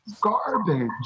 garbage